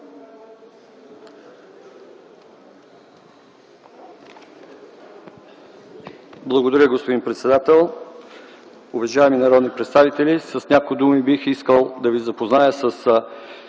Благодаря, господин председател. Уважаеми народни представители, с няколко думи бих искал да ви запозная с